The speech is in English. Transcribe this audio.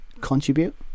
contribute